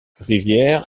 rivière